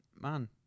man